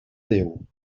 déu